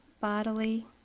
bodily